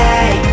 Hey